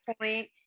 point